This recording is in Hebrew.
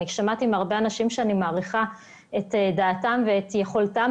שמעתי הרבה אנשים שאני מעריכה את דעתם ואת יכולותיהם